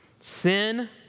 Sin